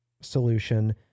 solution